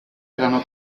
erano